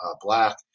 Black